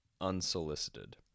unsolicited